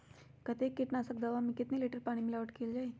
कतेक किटनाशक दवा मे कितनी लिटर पानी मिलावट किअल जाई?